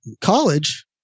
college